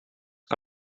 que